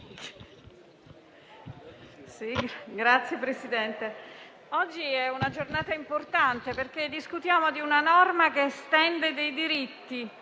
Presidente, quella di oggi è una giornata importante, perché discutiamo di una norma che estende dei diritti,